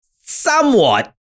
somewhat